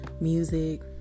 music